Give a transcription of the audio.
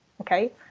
okay